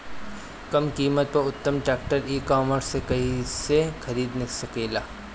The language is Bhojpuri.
कम कीमत पर उत्तम ट्रैक्टर ई कॉमर्स से कइसे खरीद सकिले?